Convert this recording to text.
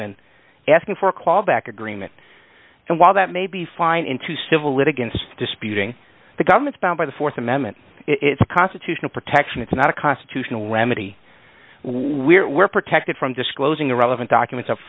mn asking for a call back agreement and while that may be fine into civil litigants disputing the government's bound by the th amendment it's constitutional protection it's not a constitutional remedy we're we're protected from disclosing the relevant documents up